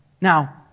Now